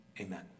amen